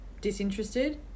disinterested